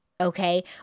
okay